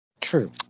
True